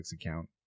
account